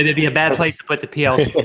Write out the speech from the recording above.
did it be a bad place to put the pl